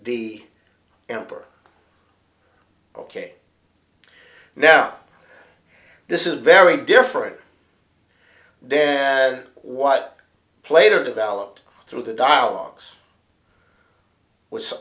the emperor ok now this is very different then what plato developed through the dialogues w